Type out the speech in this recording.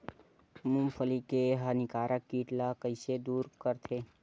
मूंगफली के हानिकारक कीट ला कइसे दूर करथे?